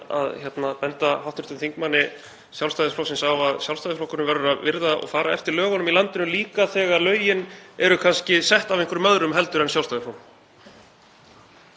að benda hv. þingmanni Sjálfstæðisflokksins á að Sjálfstæðisflokkurinn verður að virða og fara eftir lögunum í landinu, líka þegar lögin eru kannski sett af einhverjum öðrum en Sjálfstæðisflokknum.